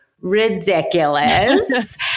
ridiculous